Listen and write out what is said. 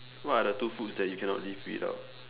what are the two foods that you cannot live without